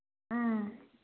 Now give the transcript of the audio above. ꯎꯝ